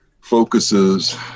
focuses